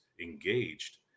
engaged